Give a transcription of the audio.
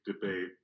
debate